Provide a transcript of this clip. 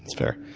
fair.